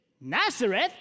Nazareth